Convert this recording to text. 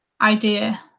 Idea